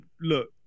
Look